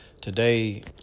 today